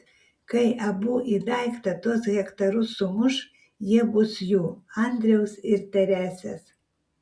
kai abu į daiktą tuos hektarus sumuš jie bus jų andriaus ir teresės